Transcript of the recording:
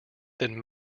then